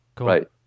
Right